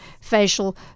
facial